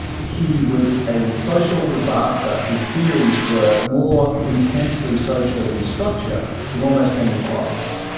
he was a social disaster whose theories were more intensely social in structure than almost any philosopher.